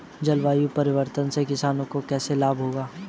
जलवायु परिवर्तन से किसानों को कैसे लाभ होगा?